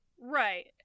Right